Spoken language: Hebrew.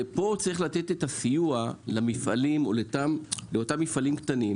פה יש לתת את הסיוע לאותם מפעלים קטנים,